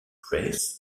press